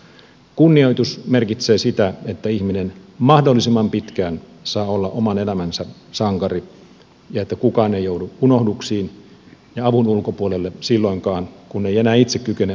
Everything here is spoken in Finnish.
kunnioitus merkitsee sitä että ihminen mahdollisimman pitkään saa olla oman elämänsä sankari ja että kukaan ei joudu unohduksiin ja avun ulkopuolelle silloinkaan kun ei enää itse kykene apua pyytämään